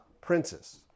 Princess